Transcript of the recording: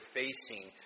facing